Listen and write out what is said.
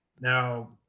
now